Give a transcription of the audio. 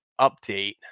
update